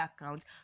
account